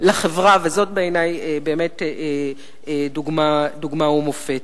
וזאת בעיני באמת דוגמה ומופת.